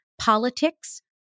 politics